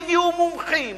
הביאו מומחים,